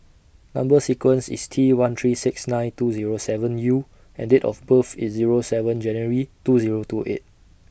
Number sequence IS T one three six nine two Zero seven U and Date of birth IS Zero seven January two Zero two eight